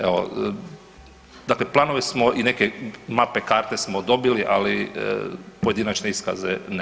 Evo, dakle planove smo i neke mape, karte smo dobili ali pojedinačne iskaze ne.